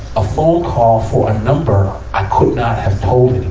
a phone call for a number i could not have told